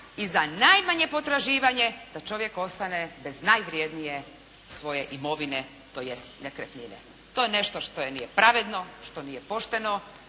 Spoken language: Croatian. i za najmanje potraživanje da čovjek ostane bez najvrjednije svoje imovine, tj. nekretnine. To je nešto što nije pravedno, što nije pošteno.